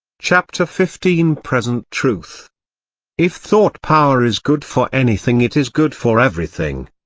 chapter fifteen present truth if thought power is good for anything it is good for everything.